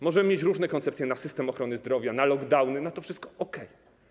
Możemy mieć różne koncepcje na system ochrony zdrowia, na lockdowny, na to wszystko - okej.